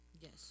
Yes